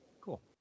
cool